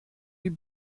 die